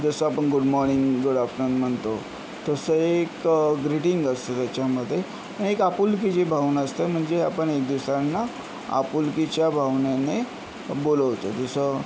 जसं आपण good morning good afternoon म्हणतो तसं एक ग्रिटिंग असतं त्याच्यामध्ये एक आपुलकीची भावना असते म्हणजे आपण एक दुसऱ्यांना आपुलकीच्या भावनेने बोलवतो जसं